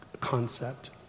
concept